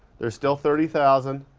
they're still thirty thousand.